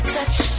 touch